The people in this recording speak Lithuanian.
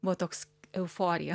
buvo toks euforija